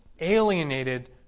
Alienated